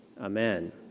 amen